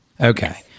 Okay